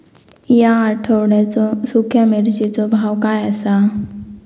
या आठवड्याचो सुख्या मिर्चीचो भाव काय आसा?